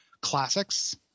classics